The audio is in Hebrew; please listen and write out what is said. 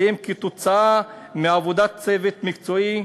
שהם תוצאה של עבודת צוות מקצועי.